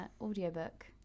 Audiobook